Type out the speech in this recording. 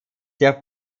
sehr